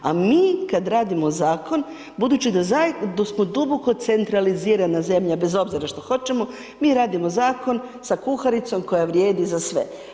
A mi kad radimo zakon budući da smo duboko centralizirana zemlja, bez obzira što hoćemo, mi radimo Zakon sa kuharicom koja vrijedi za sve.